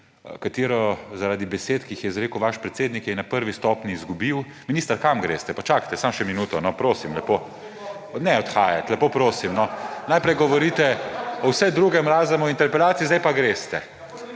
vili, zaradi besed, ki jih je izrekel vaš predsednik, je na prvi stopnji izgubil … Minister, kam greste? Počakajte samo še minuto, no, prosim lepo. Ne odhajati, lepo prosim. Najprej govorite o vsem drugem, razen o interpelaciji, zdaj pa greste.